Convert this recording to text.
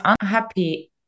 unhappy